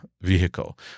vehicle